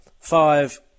Five